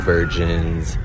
Virgins